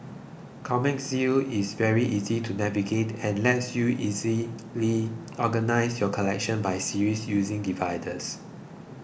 Comic Zeal is very easy to navigate and lets you easily organise your collection by series using dividers